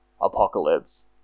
apocalypse